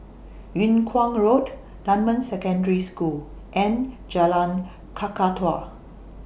Yung Kuang Road Dunman Secondary School and Jalan Kakatua